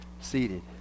seated